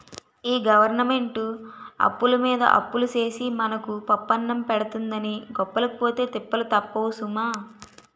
ఈ గవరమెంటు అప్పులమీద అప్పులు సేసి మనకు పప్పన్నం పెడతందని గొప్పలకి పోతే తిప్పలు తప్పవు సుమా